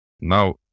Now